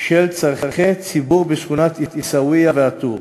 של צורכי ציבור בשכונות עיסאוויה וא-טור,